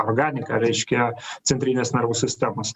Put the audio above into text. organika reiškia centrinės nervų sistemos